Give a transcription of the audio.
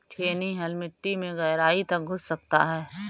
छेनी हल मिट्टी में गहराई तक घुस सकता है